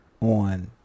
on